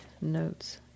notes